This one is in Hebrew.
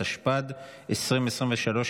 התשפ"ד 2023,